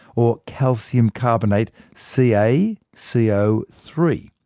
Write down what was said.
or calcium carbonate c a c o three.